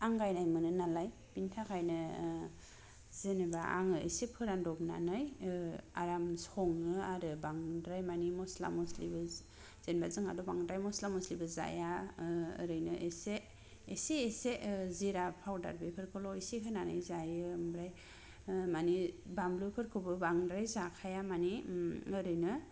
आंगायनाय मोनो नालाय बिनिथाखायनो जेनेबा आङो एसे फोरां द'बनानै आराम सङो आरो बांद्राय मानि मस्ला मस्लि जेनेबा जोंहाथ' बांद्राय मस्ला मस्लिबो जाया ओरैनो एसे एसे जिरा पाउडार बेफोरखौल' होनानै जायो आमफ्राय मानि बानलुफोरखौ बांद्राय जाखाया मानि ओरैनो